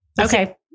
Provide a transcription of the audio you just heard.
Okay